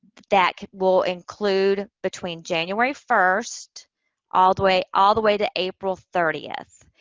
that will include between january first all the way, all the way to april thirtieth.